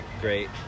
great